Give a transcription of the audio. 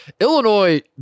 Illinois